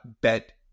bet